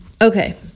Okay